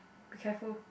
be careful